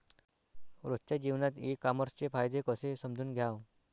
रोजच्या जीवनात ई कामर्सचे फायदे कसे समजून घ्याव?